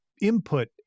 input